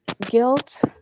guilt